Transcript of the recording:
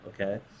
okay